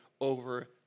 over